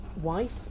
wife